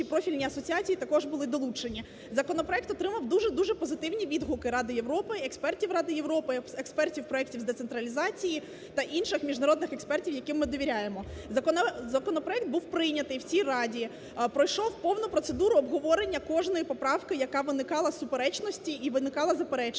профільні асоціації також були долучені. Законопроект отримав дуже-дуже позитивні відгуки Ради Європи, експертів Ради Європи, експертів проектів з децентралізації та інших міжнародних експертів, яким ми довіряємо. Законопроект був прийняти в цій Раді, пройшов повну процедуру обговорення кожної поправки, яка виникала суперечності і виникала заперечення,